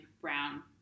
Brown